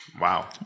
wow